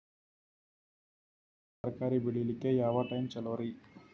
ಬೆಂಡಿ ಬದನೆಕಾಯಿ ತರಕಾರಿ ಬೇಳಿಲಿಕ್ಕೆ ಯಾವ ಟೈಮ್ ಚಲೋರಿ?